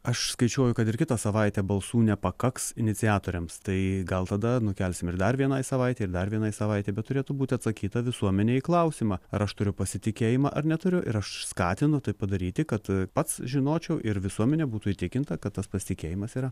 aš skaičiuoju kad ir kitą savaitę balsų nepakaks iniciatoriams tai gal tada nukelsim ir dar vienai savaitei ir dar vienai savaitei bet turėtų būti atsakyta visuomenei klausimą ar aš turiu pasitikėjimą ar neturiu ir aš skatinu tai padaryti kad pats žinočiau ir visuomenė būtų įtikinta kad tas pasitikėjimas yra